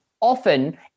often